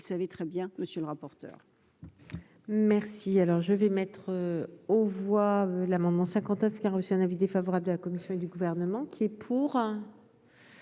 vous le savez très bien monsieur le rapporteur. Merci. Qui alors je vais mettre aux voix l'amendement 59 qui a reçu un avis défavorable de la commission et du gouvernement qui est pour.